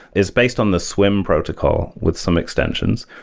is based on the swim protocol with some extensions.